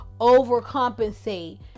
overcompensate